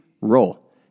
role